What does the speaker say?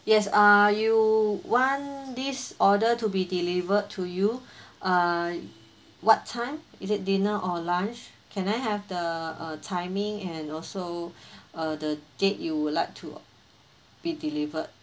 yes uh you want this order to be delivered to you err what time is it dinner or lunch can I have the err timing and also the date you would like to be delivered